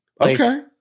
Okay